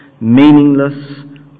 meaningless